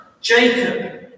Jacob